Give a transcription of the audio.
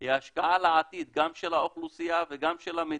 היא השקעה לעתיד, גם של האוכלוסייה וגם של המדינה,